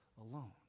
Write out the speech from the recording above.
alone